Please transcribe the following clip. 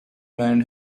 man